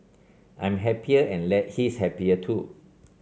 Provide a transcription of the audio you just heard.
I'm happier and he's happier too